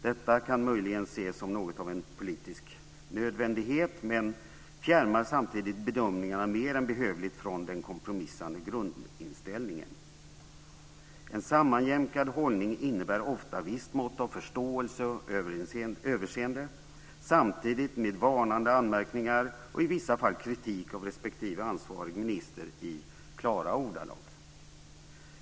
Detta kan möjligen ses som något av en politisk nödvändighet men fjärmar samtidigt bedömningarna mer än behövligt från den kompromissande grundinställningen. En sammanjämkad hållning innebär ofta visst mått av förståelse och överseende samtidigt med varnande anmärkningar och i vissa fall kritik av respektive ansvarig minister i klara ordalag.